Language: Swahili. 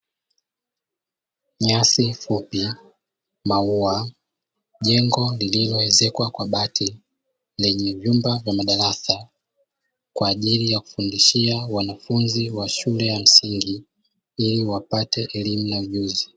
Nyasi fupi, maua, jengo lililoezekwa kwa bati lenye nyumba ya madarasa kwa ajili ya kufundishia wanafunzi wa shule ya msingi ili wapate elimu na ujuzi.